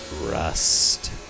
rust